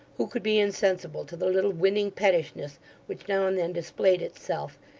who could be insensible to the little winning pettishness which now and then displayed itself,